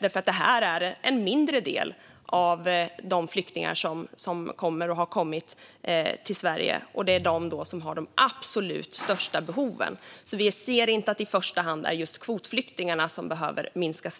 Detta är en mindre del av de flyktingar som kommer till Sverige, och det är de som har de absolut största behoven. Vi ser alltså inte att det i första hand är just antalet kvotflyktingar som behöver minska.